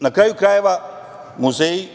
Na kraju krajeva, muzeji